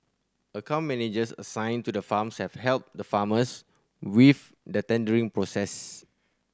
account managers assigned to the farms have helped the farmers with the tendering process